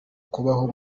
kubaho